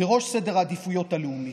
בראש סדר העדיפויות הלאומי.